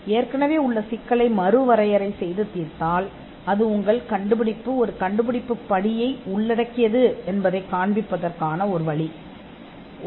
நீங்கள் ஏற்கனவே இருக்கும் சிக்கலை மறுவரையறை செய்து தீர்க்கிறீர்கள் என்றால் உங்கள் கண்டுபிடிப்பு ஒரு கண்டுபிடிப்பு படியை உள்ளடக்கியது என்பதைக் காண்பிப்பதற்கான மற்றொரு வழி இது